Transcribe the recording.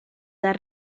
dal